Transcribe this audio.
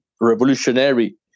revolutionary